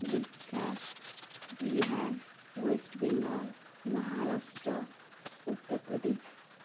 Gujarat Bihar West Bengal Maharashtra Uttar Pradesh